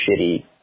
shitty